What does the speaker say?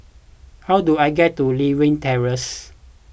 how do I get to Lewin Terrace